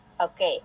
Okay